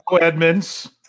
Edmonds